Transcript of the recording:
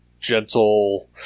gentle